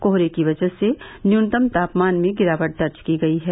कोहरे की वजह से न्यूनतम तापमान में गिरावट दर्ज की गयी है